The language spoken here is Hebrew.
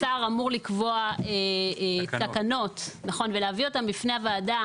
השר אמור לקבוע תקנות ולהביא אותן בפני הוועדה,